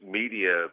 media